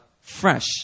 fresh